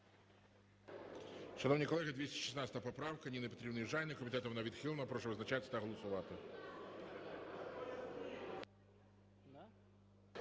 Шановні колеги, 216 поправка Ніни Петрівни Южаніної. Комітетом вона відхилена. Прошу визначатися та голосувати.